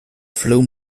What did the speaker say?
flauw